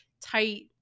tight